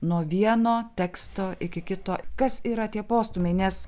nuo vieno teksto iki kito kas yra tie postūmiai nes